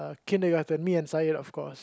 kindergarten me and Zaid of course